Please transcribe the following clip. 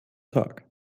tag